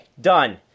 done